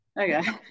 Okay